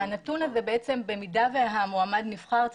במידה והמועמד נבחר,